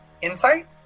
Insight